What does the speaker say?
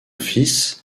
fils